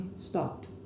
stopped